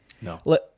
No